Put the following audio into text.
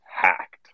hacked